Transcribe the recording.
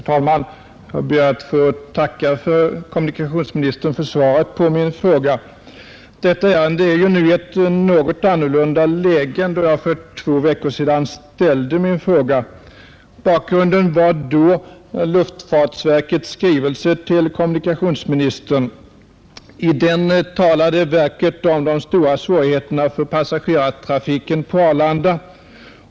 Herr talman! Jag ber att få tacka kommunikationsministern för svaret på min fråga. Detta ärende är ju nu i ett något annorlunda läge än då jag för två veckor sedan ställde min fråga. Bakgrunden var då luftfartsverkets skrivelse till kommunikationsministern. I den skrivelsen talade verket om de stora svårigheterna för passagerartrafiken på Arlanda.